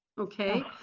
Okay